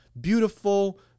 beautiful